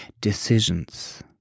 decisions